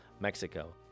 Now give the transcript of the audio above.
Mexico